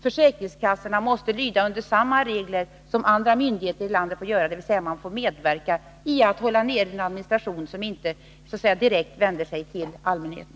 Försäkringskassorna måste lyda under samma regler som andra myndigheter i landet, dvs. försöka hålla ned den administration som inte direkt vänder sig till allmänheten.